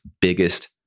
biggest